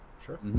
sure